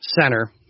center